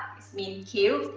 is mean cute.